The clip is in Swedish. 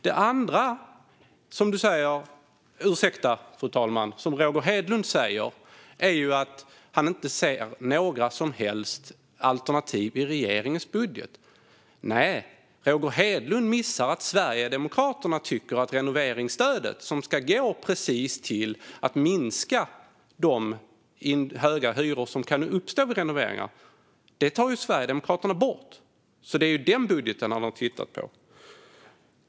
Vidare säger Roger Hedlund att han inte ser några som helst alternativ i regeringens budget. Roger Hedlund missar att Sverigedemokraterna tycker att renoveringsstödet som ska gå precis till att minska de höga hyror som kan uppstå vid renoveringar ska bort. Det är den budgeten han har tittat på.